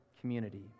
community